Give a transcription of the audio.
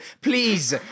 Please